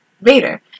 Vader